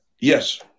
Yes